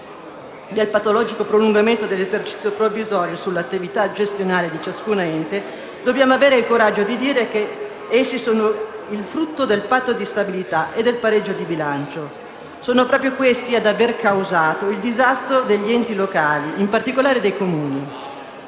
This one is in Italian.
del patologico prolungamento dell'esercizio provvisorio sull'attività gestionale di ciascun ente, dobbiamo avere il coraggio di dire che essi sono il frutto del Patto di stabilità e del pareggio di bilancio. Sono proprio questi ad avere causato il disastro degli enti locali, in particolare dei Comuni.